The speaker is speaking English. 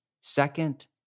second